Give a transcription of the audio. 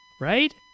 right